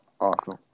awesome